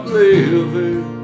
living